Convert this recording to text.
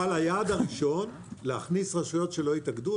היעד הראשון הוא להכניס רשויות שלא התאגדו,